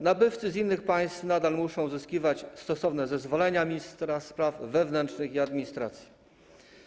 Nabywcy z innych państw nadal muszą uzyskiwać stosowne zezwolenia ministra spraw wewnętrznych i administracji.